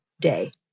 day